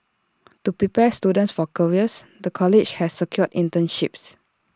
to prepare students for careers the college has secured internships